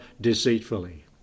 deceitfully